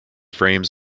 frames